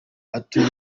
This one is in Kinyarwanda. atuye